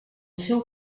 seu